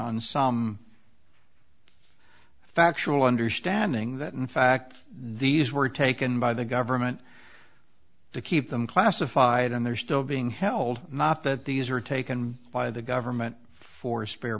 on some factual understanding that in fact these were taken by the government to keep them classified and they're still being held not that these are taken by the government for spare